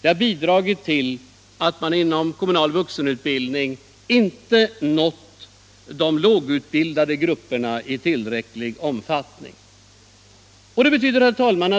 Detta har också bidragit till att man inom kommunal vuxenutbildning inte i tillräcklig omfattning nått de debatt debatt lågutbildade grupperna.